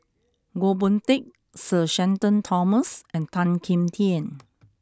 Goh Boon Teck Sir Shenton Thomas and Tan Kim Tian